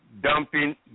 dumping